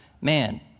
man